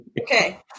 Okay